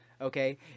okay